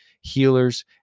healers